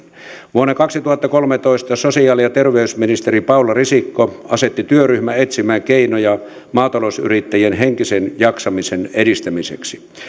vuonna kaksituhattakolmetoista sosiaali ja terveysministeri paula risikko asetti työryhmän etsimään keinoja maatalousyrittäjien henkisen jaksamisen edistämiseksi